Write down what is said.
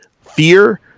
Fear